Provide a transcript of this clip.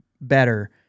better